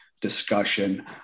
discussion